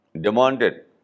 demanded